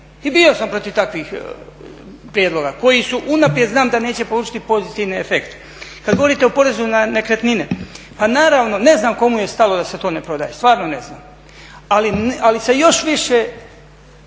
I bio sam protiv takvih prijedlog koji su, unaprijed znam da neće polučiti pozitivne efekte. Kada govorite o porezu na nekretnine. Pa naravno, ne znam kome je stalo da se to ne prodaje, stvarno ne znam. Ali se još više